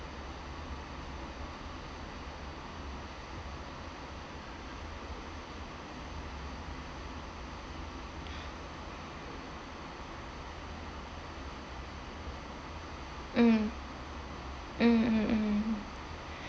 mm mm mm mm